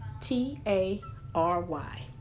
T-A-R-Y